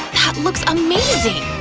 that looks amazing!